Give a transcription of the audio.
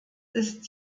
ist